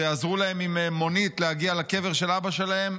שיעזרו להם עם מונית להגיע לקבר של אבא שלהם,